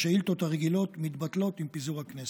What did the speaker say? השאילתות הרגילות מתבטלות עם פיזור הכנסת.